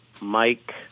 Mike